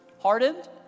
hardened